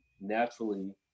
naturally